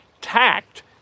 Tact